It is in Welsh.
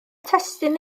testun